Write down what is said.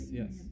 yes